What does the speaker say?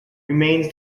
remains